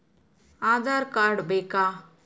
Aadhaar card ಬೇಕಾ?